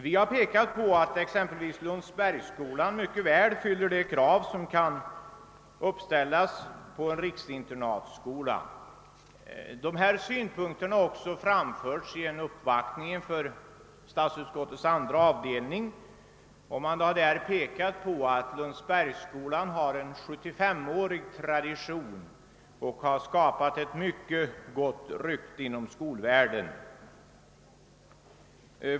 Vi har pe kat på att exempelvis Lundsbergsskolan mycket väl fyller de krav som kan ställas på en riksinternatskola. Dessa synpunkter har också framförts vid en uppvaktning inför statsutskottets andra avdelning. Man har därvid pekat på att Lundsbergsskolan :har en 75-årig tradition och har skapat sig ett mycket gott rykte inom skolvärlden.